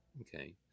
Okay